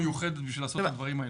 מיוחדת בשביל לעשות את הדברים האלה.